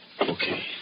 Okay